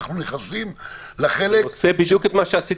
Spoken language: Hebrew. אנחנו נכנסים לחלק --- אני עושה בדיוק את מה שעשיתי